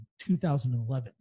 2011